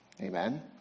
Amen